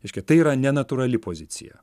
reiškia tai yra nenatūrali pozicija